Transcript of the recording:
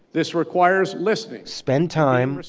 this requires listening spend time.